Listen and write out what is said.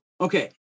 okay